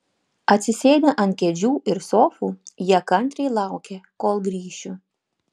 atsisėdę ant kėdžių ir sofų jie kantriai laukė kol grįšiu